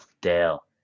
Dale